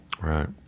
Right